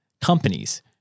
companies